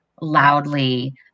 loudly